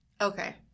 Okay